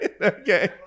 Okay